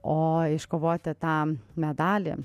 o iškovoti tą medalį